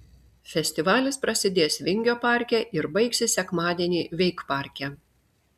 festivalis prasidės vingio parke ir baigsis sekmadienį veikparke